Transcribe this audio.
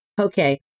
okay